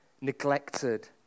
neglected